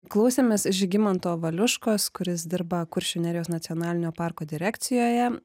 klausėmės žygimanto valiuškos kuris dirba kuršių nerijos nacionalinio parko direkcijoje